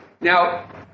Now